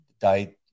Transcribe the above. Die